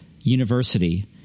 university